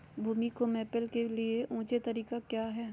भूमि को मैपल के लिए ऊंचे तरीका काया है?